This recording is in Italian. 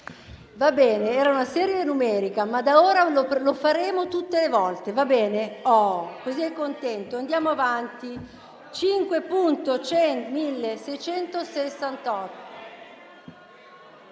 Va bene, era una serie numerica, ma da ora lo faremo tutte le volte. Così